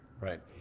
Right